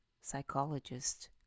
psychologist